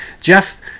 Jeff